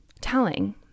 telling